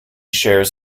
shares